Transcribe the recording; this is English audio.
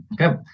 Okay